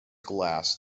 glass